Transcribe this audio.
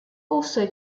also